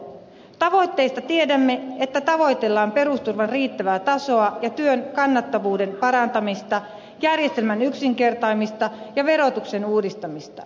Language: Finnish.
tavoitteista tiedämme että tavoitellaan perusturvan riittävää tasoa ja työn kannattavuuden parantamista järjestelmän yksinkertaistamista ja verotuksen uudistamista